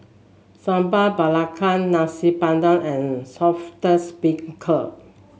Sambal Belacan Nasi Padang and Saltish Beancurd